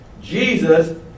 Jesus